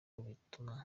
bituma